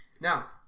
Now